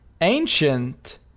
Ancient